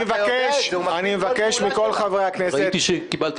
אני מבקש מכל חברי הכנסת --- ראיתי שקיבלת